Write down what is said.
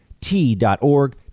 T.org